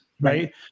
right